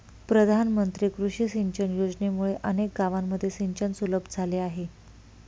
प्रधानमंत्री कृषी सिंचन योजनेमुळे अनेक गावांमध्ये सिंचन सुलभ झाले आहे